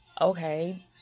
Okay